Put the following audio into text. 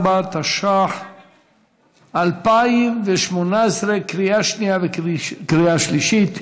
54), התשע"ח 2018, לקריאה שנייה וקריאה שלישית.